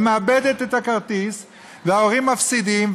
והיא מאבדת את הכרטיס וההורים מפסידים,